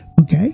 okay